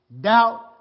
doubt